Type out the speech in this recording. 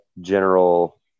general